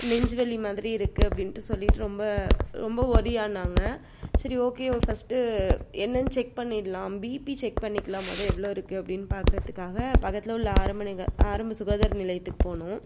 நெஞ்சுவலி மாதிரி இருக்கு அப்படின்ட்டு சொல்லிட்டு ரொம்ப ரொம்ப ஒர்ரி ஆனாங்க சரி ஓகே ஃபர்ஸ்ட்டு என்னென்னு செக் பண்ணிடலாம் பிபி செக் பண்ணிக்கலாம் முதோ எவ்வளோ இருக்கு அப்படின்னு பார்க்குறதுக்காக பக்கத்தில் உள்ள ஆரம்ப நிலை ஆரம்ப சுகாதார நிலையத்துக்கு போனோம்